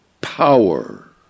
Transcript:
power